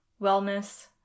wellness